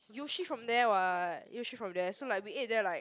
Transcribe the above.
Yoshi from there what Yoshi from there so like we ate there like